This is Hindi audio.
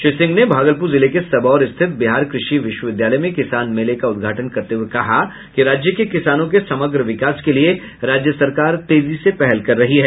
श्री सिंह ने भागलपुर जिले के सबौर स्थित बिहार कृषि विश्वविद्यालय में किसान मेला का उद्घाटन करते हये कहा कि राज्य के किसानों के समग्र विकास के लिए राज्य सरकार तेजी से पहल कर रही है